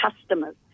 customers